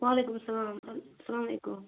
وعلیکُم سلام اسلامُ علیکُم